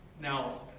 Now